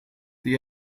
the